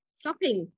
shopping